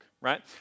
right